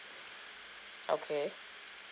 okay